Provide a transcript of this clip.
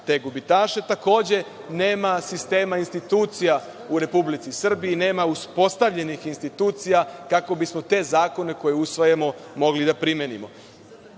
te gubitaše. Takođe, nema sistema institucija u Republici Srbiji, nema uspostavljenih institucija kako bismo te zakone koje usvajamo mogli da primenimo. Problem